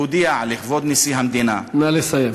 והודיע לכבוד נשיא המדינה, נא לסיים.